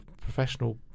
professional